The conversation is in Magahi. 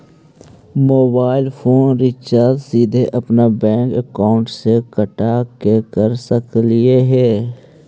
मोबाईल फोन रिचार्ज सीधे अपन बैंक अकाउंट से कटा के कर सकली ही?